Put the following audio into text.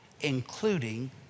including